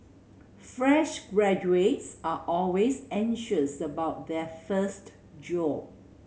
fresh graduates are always anxious about their first job